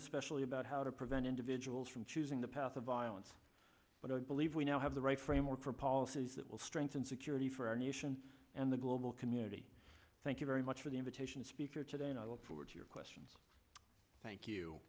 especially about how to prevent individuals from choosing the path of violence but i believe we now have the right framework for policies that will strengthen security for our nation and the global community thank you very much for the invitation speaker today and i look forward to your questions thank you